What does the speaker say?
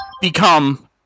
become